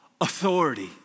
authority